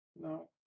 No